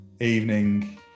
evening